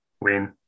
Win